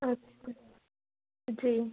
अच्छा जी